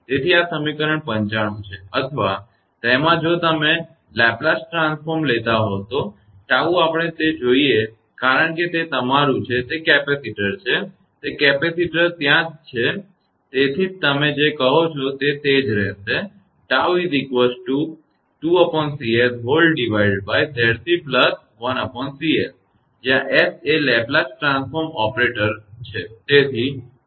તેથી આ સમીકરણ 95 છે અથવા તેમાં જો તમે લેપ્લેસ ટ્રાન્સફોર્મ લેતા હોવ તો 𝜏 આપણે તે જોઈએ કારણ કે તે તમારું છે તે કેપેસિટર છે તે કેપેસિટર છે ત્યાં જ જુઓ તેથી તમે જે કહો તે તે જ હશે જ્યાં S એ લેપ્લેસ ટ્રાન્સફોર્મ ઓપરેટર છે